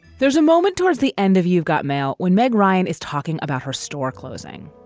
there's a moment towards the end of you've got mail when meg ryan is talking about her store closing